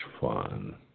fun